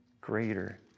greater